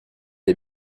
est